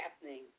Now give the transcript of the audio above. happening